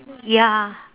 ya